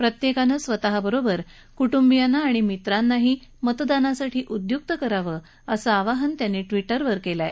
प्रत्येकानं स्वतःबरोबर कृटिबि आणि मित्रांनाही मतदानासाठी उद्युक्त करावं असं आवाहन त्यांनी ट्वीटरवर केलं आहे